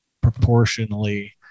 proportionally